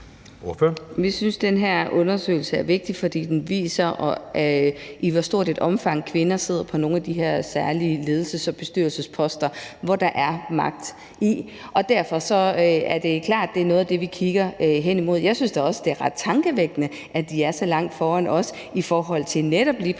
Vi synes, den her undersøgelse er vigtig, fordi den viser, i hvor stort et omfang kvinder sidder på nogle af de her særlige ledelses- og bestyrelsesposter, som der er magt i. Og derfor er det klart, at det er noget af det, vi kigger hen imod. Jeg synes da også, det er ret tankevækkende, at de er så langt foran os i forhold til netop lige præcis